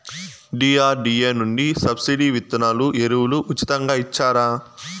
DRDA నుండి subsidy విత్తనాలు ఎరువులు ఉచితంగా ఇచ్చారా?